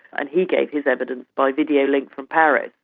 and he gave his evidence by videolink from paris.